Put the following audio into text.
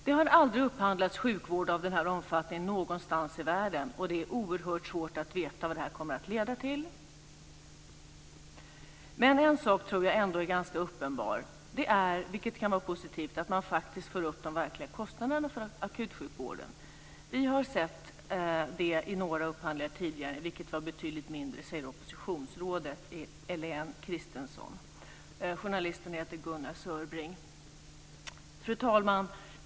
Det har aldrig upphandlats sjukvård av den här omfattningen någonstans i världen, och det är oerhört svårt att veta vad det här kommer att leda till. Men en sak tror jag ändå är ganska uppenbar. Det är, vilket kan vara positivt, att man faktiskt får upp de verkliga kostnaderna för akutsjukvården. Vi har sett det i några upphandlingar tidigare, vilka var betydligt mindre, säger oppositionslandstingsrådet Elaine Kristensson Journalisten som har skrivit detta heter Gunnar Fru talman!